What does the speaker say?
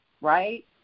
right